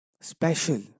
special